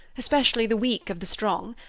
especially the weak of the strong.